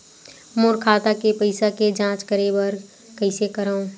मोर खाता के पईसा के जांच करे बर हे, कइसे करंव?